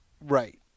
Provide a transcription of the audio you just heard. Right